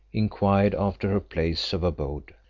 inquired after her place of abode,